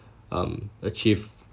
um achieve